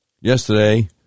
yesterday